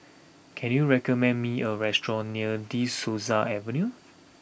can you recommend me a restaurant near De Souza Avenue